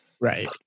Right